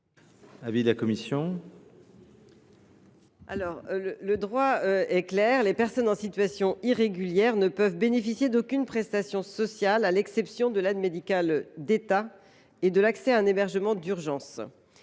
Le droit est clair : les personnes en situation irrégulière ne peuvent bénéficier d’aucune prestation sociale, à l’exception de l’aide médicale de l’État (AME) et de l’accès à un hébergement d’urgence.